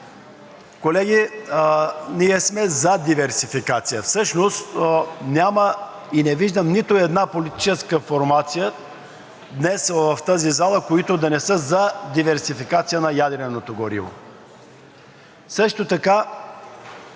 Колеги, ние сме за диверсификация. Всъщност няма и не виждам нито една политическа формация днес в тази зала, която да не е за диверсификация на ядреното гориво.